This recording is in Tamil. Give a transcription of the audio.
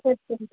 சரி சரி